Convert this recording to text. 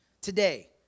today